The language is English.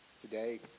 today